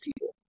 people